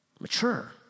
Mature